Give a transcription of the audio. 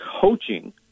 coaching